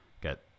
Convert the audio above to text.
get